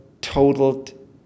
totaled